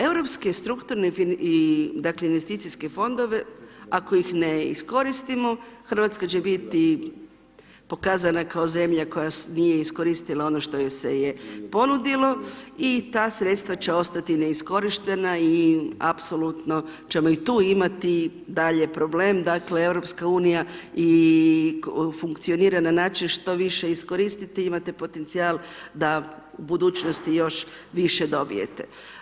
Europske strukturne i dakle investicijske fondove ako ih iskoristimo Hrvatska će biti pokazna kao zemlja koja nije iskoristila ono što joj se je ponudilo i ta sredstva će ostati neiskorištena, i apsolutno ćemo i tu imati dalje problem, dakle Europska unija funkcionira na način što više iskoristiti, imate potencijal da u budućnosti još više dobijete.